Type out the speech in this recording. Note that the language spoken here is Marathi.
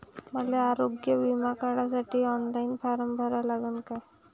मले आरोग्य बिमा काढासाठी ऑनलाईन फारम भरा लागन का?